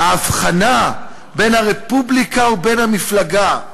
"ההבחנה בין הרפובליקה ובין המפלגה,